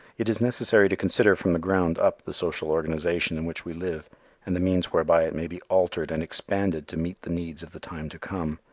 it is necessary to consider from the ground up the social organization in which we live and the means whereby it may be altered and expanded to meet the needs of the time to come.